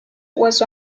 was